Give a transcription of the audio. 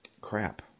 Crap